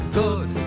good